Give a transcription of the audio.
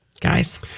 guys